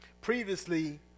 Previously